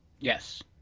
Yes